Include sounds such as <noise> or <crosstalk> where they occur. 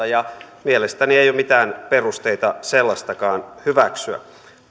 <unintelligible> ja mielestäni ei ole mitään perusteita sellaistakaan hyväksyä